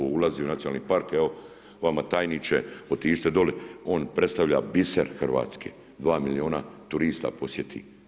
Ovo ulazi u nacionalni park, evo vama tajniče, otiđite doli, on predstavlja biser Hrvatske, 2 milijuna turista posjeti.